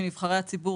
מנבחרי הציבור,